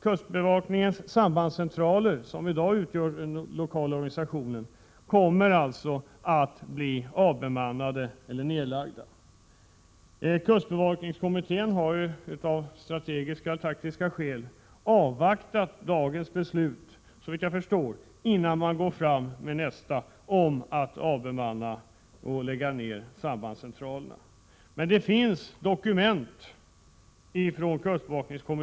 Kustbevakningens sambandscentraler, som i dag utgör den lokala organisationen, kommer att bli avbemannade eller nedlagda. Kustbevakningskommittén har av strategiska och taktiska skäl avvaktat dagens beslut innan man, såvitt jag förstår, kommer att gå fram med nästa propå om att avbemanna och lägga ned sambandscentralerna. Det finns dokument från kustbevaknings Prot.